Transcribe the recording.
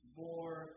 more